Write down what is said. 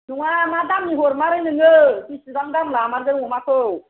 नङा मा दामनि हरमारो नोङो बिसिबां दाम लामारदों अमाखौ